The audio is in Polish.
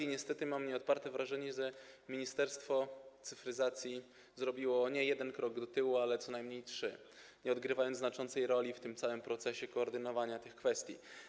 I niestety mam nieodparte wrażenie, że Ministerstwo Cyfryzacji zrobiło nie jeden krok do tyłu, ale co najmniej trzy, nie odgrywając znaczącej roli w tym całym procesie koordynowania tych kwestii.